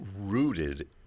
rooted